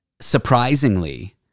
surprisingly